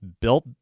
built